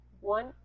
one